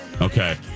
Okay